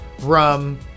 Rum